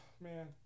man